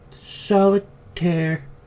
Solitaire